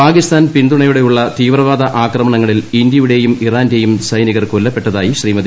പാകിസ്ഥാൻ പിന്തുണയോടെയുള്ള തീവ്രവാദ ആക്രമണങ്ങളിൽ ഇന്ത്യയുടെയും ഇറാന്റെയും സൈനികർ കൊല്ലപ്പട്ടതായി ശ്രീമതി